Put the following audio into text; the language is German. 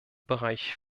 bereich